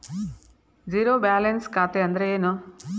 Zero balance ಖಾತೆ ಅಂದ್ರೆ ಏನು?